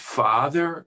father